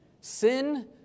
Sin